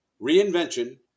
reinvention